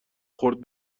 خورد